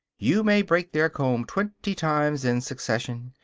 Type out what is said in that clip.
you may break their comb twenty times in succession,